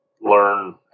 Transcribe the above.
learn